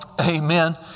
Amen